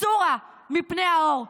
סורה מפני האור.